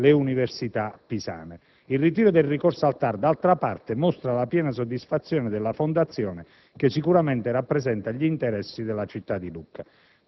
la Fondazione FLAFR. Il ritiro del ricorso al TAR, d'altra parte, mostra la piena soddisfazione della Fondazione che rappresenta gli interessi della città di Lucca.